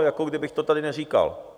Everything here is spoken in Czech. Jako kdybych to tady neříkal.